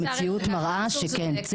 המציאות מראה שכן,